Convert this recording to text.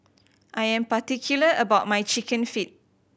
I am particular about my Chicken Feet